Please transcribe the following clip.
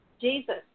Jesus